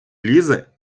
лізе